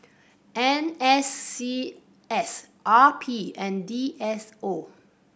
N S C S R P and D S O